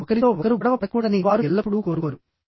ప్రజలు ఒకరితో ఒకరు గొడవ పడకూడదని వారు ఎల్లప్పుడూ కోరుకోరు